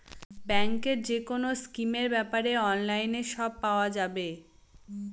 ব্যাঙ্কের যেকোনো স্কিমের ব্যাপারে অনলাইনে সব পাওয়া যাবে